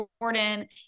Jordan